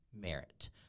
merit